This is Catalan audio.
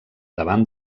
davant